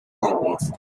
newydd